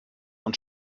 und